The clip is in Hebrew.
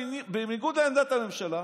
בניגוד לעמדת הממשלה,